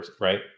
right